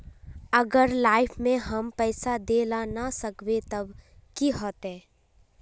अगर लाइफ में हम पैसा दे ला ना सकबे तब की होते?